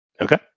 Okay